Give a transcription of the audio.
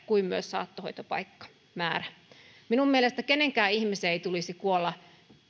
kuin myös saattohoitopaikkamäärä minun mielestäni kenenkään ihmisen ei tulisi kuolla